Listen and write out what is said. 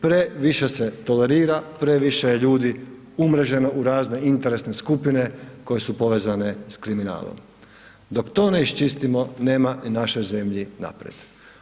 Previše se tolerira, previše je ljudi umreženo u razne interesne skupine koje su povezane s kriminalom, dok to ne iščistimo nema ni našoj zemlji napred.